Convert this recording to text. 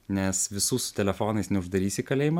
nes visų su telefonais neuždarysi į kalėjimą